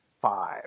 five